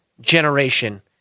generation